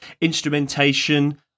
instrumentation